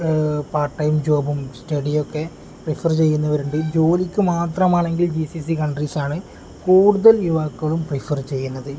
part time ജോബും സ്റ്റഡിയൊക്കെ prefer ചെയ്യുന്നവരുണ്ട് ജോലിക്ക് മാത്രമാണെങ്കിൽ ജി സി സി കൺട്രീസ് ആണ് കൂടുതൽ യുവാക്കളും പ്രിഫർ ചെയ്യുന്നത്